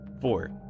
Four